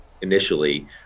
initially